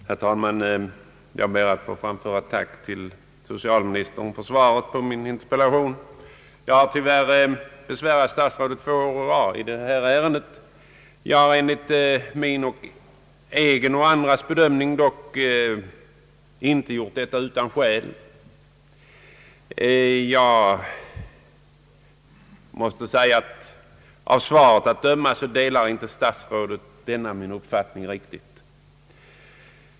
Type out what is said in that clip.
Herr talman! Jag ber att få framföra mitt tack till socialministern för svaret på min interpellation. Jag har tyvärr besvärat statsrådet två år å rad i detta ärende. Enligt min egen och andras bedömning har jag dock inte gjort det utan skäl. Av svaret att döma delar inte statsrådet riktigt denna mening.